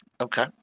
Okay